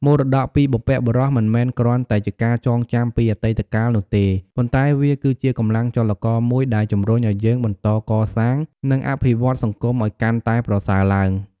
មរតកពីបុព្វបុរសមិនមែនគ្រាន់តែជាការចងចាំពីអតីតកាលនោះទេ ប៉ុន្តែវាគឺជាកម្លាំងចលករមួយដែលជំរុញឲ្យយើងបន្តកសាង និងអភិវឌ្ឍន៍សង្គមឲ្យកាន់តែប្រសើរឡើង។